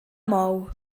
mou